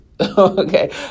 okay